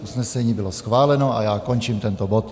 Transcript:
Usnesení bylo schváleno a já končím tento bod.